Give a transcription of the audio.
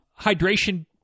hydration